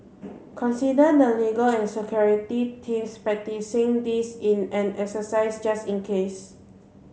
consider the legal and security teams practising this in an exercise just in case